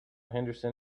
henderson